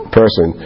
person